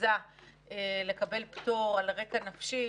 אחיזה לקבל פטור על רק נפשי,